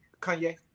Kanye